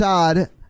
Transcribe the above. Todd